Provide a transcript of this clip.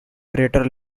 crater